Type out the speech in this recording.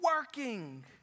working